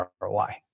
ROI